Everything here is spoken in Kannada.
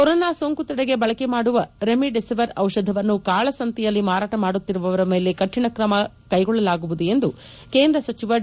ಕೊರೊನಾ ಸೋಂಕು ತಡೆಗೆ ಬಳಕೆ ಮಾಡುವ ರೆಮಿಡಿಸಿವರ್ ದಿಷಧವನ್ನು ಕಾಳಸಂತೆಯಲ್ಲಿ ಮಾರಾಟ ಮಾಡುತ್ತಿರುವವರ ಮೇಲೆ ಕರಿಣ ಕಾನೂನು ಕ್ರಮ ಕೈಗೊಳ್ಳಲಾಗುವುದು ಎಂದು ಕೇಂದ್ರ ಸಚಿವ ಡಿ